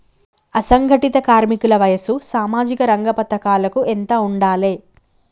అసంఘటిత కార్మికుల వయసు సామాజిక రంగ పథకాలకు ఎంత ఉండాలే?